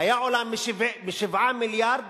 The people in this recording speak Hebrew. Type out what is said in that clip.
היתה עולה מ-7 מיליארד